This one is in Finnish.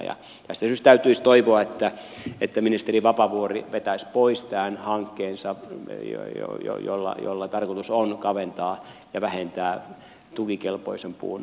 tästä syystä täytyisi toivoa että ministeri vapaavuori vetäisi pois tämän hankkeensa jolla tarkoitus on kaventaa ja vähentää tukikelpoisen puun määrää